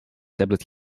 tablet